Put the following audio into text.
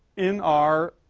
in r,